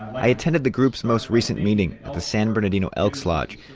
i attended the group's most recent meeting at the san bernardino elks lodge,